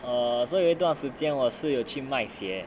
err 所以有一段时间我是有去卖鞋